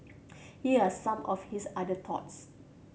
here are some of his other thoughts